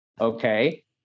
okay